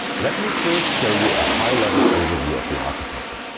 let me first show you a high level overview of the architecture.